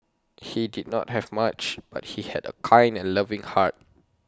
he did not have much but he had A kind and loving heart